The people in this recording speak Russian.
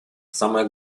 самое